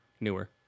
Newer